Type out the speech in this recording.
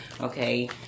Okay